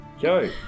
Joe